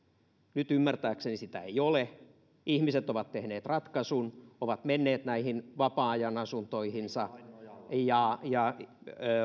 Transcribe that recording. nyt ymmärtääkseni sitä ei ole ihmiset ovat tehneet ratkaisun ovat menneet näihin vapaa ajanasuntoihinsa ja ja